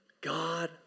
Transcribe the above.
God